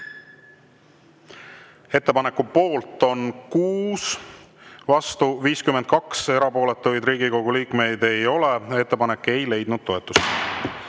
Ettepaneku poolt on 6, vastu 51, erapooletuid Riigikogu liikmeid ei ole. Ettepanek ei leidnud toetust.